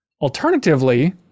Alternatively